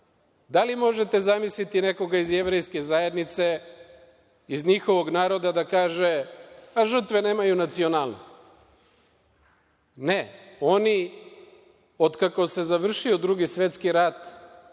Da li možete zamisliti nekoga iz Jevrejske zajednice, iz njihovog naroda, da kaže – žrtve nemaju nacionalnost? Ne, oni se, od kako se završio Drugi svetski rat,